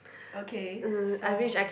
okay so